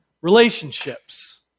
relationships